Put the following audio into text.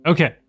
Okay